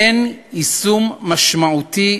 אין יישום משמעותי,